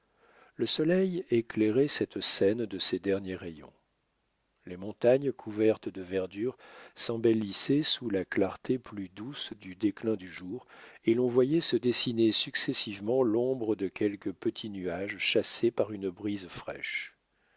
le soleil éclairait cette scène de ses derniers rayons les montagnes couvertes de verdure s'embellissaient sous la clarté plus douce du déclin du jour et l'on voyait se dessiner successivement l'ombre de quelques petits nuages chassés par une brise fraîche